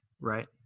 Right